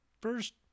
first